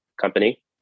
company